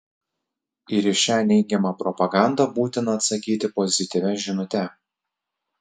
ir į šią neigiamą propagandą būtina atsakyti pozityvia žinute